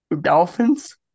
Dolphins